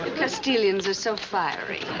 castilians are so fiery.